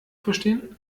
verstehen